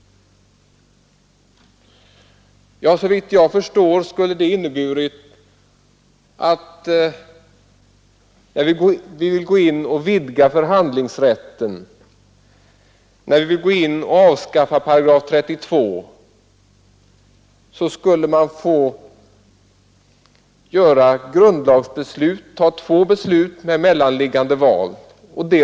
Såvitt jag förstår skulle det ha behövts två beslut med mellanliggande val för att vidga förhandlingsrätten och för att avskaffa § 32.